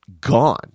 gone